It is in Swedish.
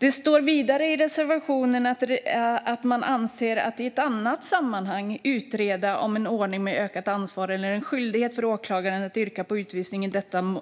Det står vidare i reservationen om regeringens avsikt "att i ett annat sammanhang utreda om en ordning med ökat ansvar eller en skyldighet för åklagaren att yrka på utvisning i